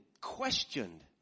questioned